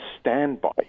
standby